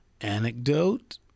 anecdote